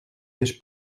més